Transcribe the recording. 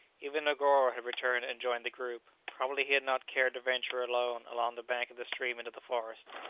even negoro had returned and joined the group probably he had not cared to venture alone along the bank of the stream into the forest.